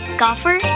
golfer